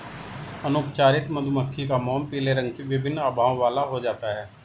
अनुपचारित मधुमक्खी का मोम पीले रंग की विभिन्न आभाओं वाला हो जाता है